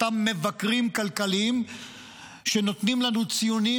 אותם מבקרים כלכליים שנותנים לנו ציונים,